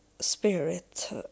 spirit